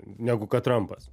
negu kad trampas